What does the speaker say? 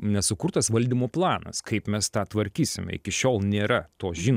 nesukurtas valdymo planas kaip mes tą tvarkysime